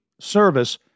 service